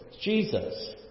Jesus